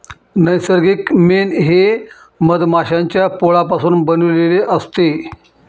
नैसर्गिक मेण हे मधमाश्यांच्या पोळापासून बनविलेले असते